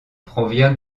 provient